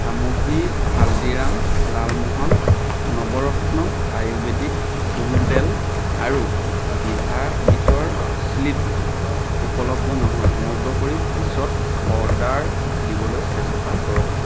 সামগ্ৰী Haldiram lalmohan Navratna ayurvedic cool তেল আৰু ডিভা বীটৰ চিপ্ছ উপলব্ধ নহয় অনুগ্ৰহ কৰি পিছত অৰ্ডাৰ দিবলৈ চেষ্টা কৰক